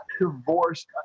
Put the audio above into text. divorced